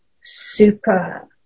super